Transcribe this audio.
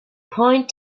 point